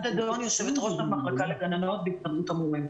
אני יושבת-ראש המחלקה לגננות בהסתדרות המורים.